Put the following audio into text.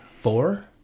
four